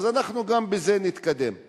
אז אנחנו נתקדם גם בזה.